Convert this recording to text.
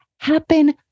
happen